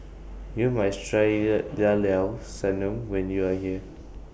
YOU must Try The Llao Llao Sanum when YOU Are here